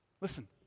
Listen